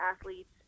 athletes